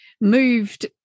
moved